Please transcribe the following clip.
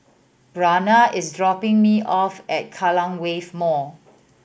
Bryana is dropping me off at Kallang Wave Mall